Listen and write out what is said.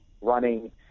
running